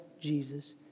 Jesus